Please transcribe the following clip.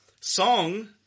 Song